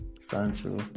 Sancho